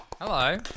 Hello